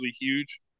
huge